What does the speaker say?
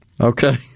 Okay